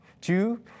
Two